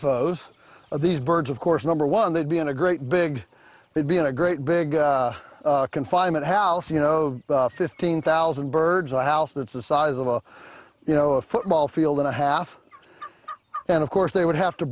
photos of these birds of course number one they'd be in a great big they'd be in a great big confinement house you know fifteen thousand birds eye house that's the size of a you know a football field and a half and of course they would have to